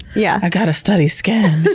yeah i gotta study skin!